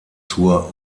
zur